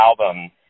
album